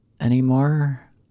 anymore